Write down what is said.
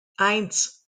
eins